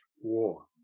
war